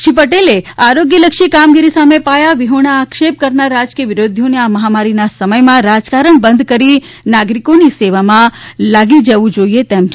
શ્રી પટેલે આરોગ્યલક્ષી કામગીરી સામે પાયાવિહોણા આક્ષેપો કરનારા રાજકીય વિરોધીઓએ આ મહામારીના સમયમાં રાજકારણ બંધ કરી નાગરિકોની સેવામાં લાગી જવું જોઈએ તેમ જણાવ્યુ હતું